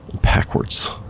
backwards